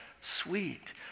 sweet